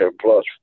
plus